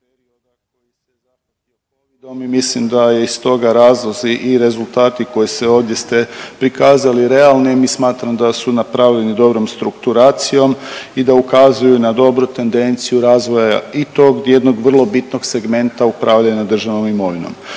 mislim da iz toga razlozi i rezultati koji se ovdje ste prikazali realni i smatram da su napravljeni dobrom strukturacijom i da ukazuju na dobru tendenciju razvoja i tog jednog vrlo bitnog segmenta upravljanja državnom imovinom.